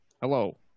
hello